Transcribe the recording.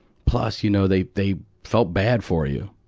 plus, you know, they they felt bad for you.